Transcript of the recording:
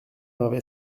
avait